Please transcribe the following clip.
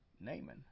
Naaman